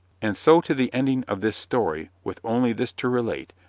and so to the ending of this story, with only this to relate,